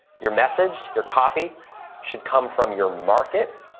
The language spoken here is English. your message, your copy should come from your market,